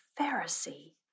Pharisee